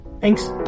Thanks